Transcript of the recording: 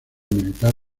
militar